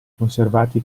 conservati